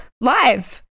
live